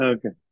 Okay